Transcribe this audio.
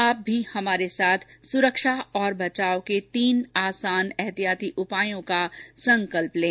आप भी हमारे साथ सुरक्षा और बचाव के तीन आसान एहतियाती उपायों का संकल्प लें